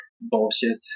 bullshit